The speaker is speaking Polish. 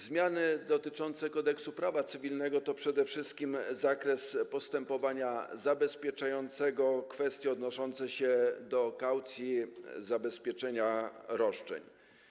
Zmiany dotyczące Kodeksu prawa cywilnego dotyczą przede wszystkim zakresu postępowania zabezpieczającego i kwestii odnoszących się do kaucji na zabezpieczenie roszczeń.